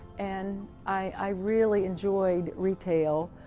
and i really enjoyed retail,